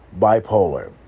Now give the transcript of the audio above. bipolar